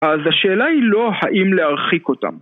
אז השאלה היא לא האם להרחיק אותם